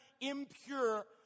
impure